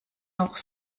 noch